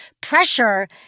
pressure